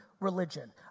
Religion